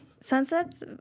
Sunsets